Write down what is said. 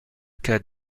cas